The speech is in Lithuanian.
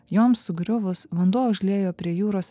joms sugriuvus vanduo užliejo prie jūros